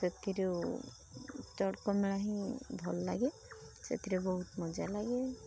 ସେଥିରୁ ଚଡ଼କ ମେଳା ହିଁ ଭଲ ଲାଗେ ସେଥିରେ ବହୁତ ମଜା ଲାଗେ